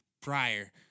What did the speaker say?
prior